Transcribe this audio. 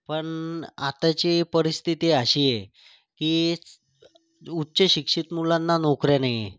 पण आताची परिस्थिती अशी आहे की उच्चशिक्षित मुलांना नोकऱ्या नाही आहे